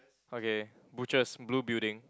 okay butchers blue building